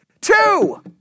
Two